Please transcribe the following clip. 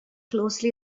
closely